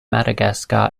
madagascar